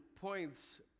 points